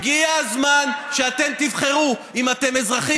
הגיע הזמן שאתם תבחרו אם אתם אזרחים